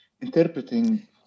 interpreting